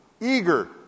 eager